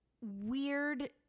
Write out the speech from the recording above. weird